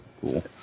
cool